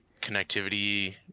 connectivity